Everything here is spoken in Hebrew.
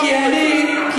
כי אני, רגע, גם עליך אמרו.